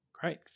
Great